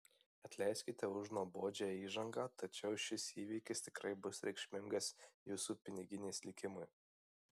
atleiskite už nuobodžią įžangą tačiau šis įvykis tikrai bus reikšmingas jūsų piniginės likimui